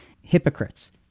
Hypocrites